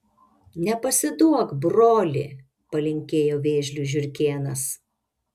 nepasiduok broli palinkėjo vėžliui žiurkėnas